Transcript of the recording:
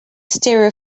stereo